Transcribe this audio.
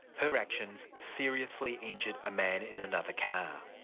her actions seriously injured a man in another car.